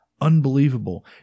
unbelievable